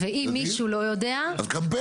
ואם מישהו לא יודע --- אז קמפיין.